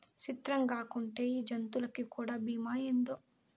సిత్రంగాకుంటే ఈ జంతులకీ కూడా బీమా ఏందో